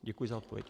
Děkuji za odpověď.